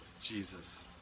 Jesus